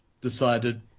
decided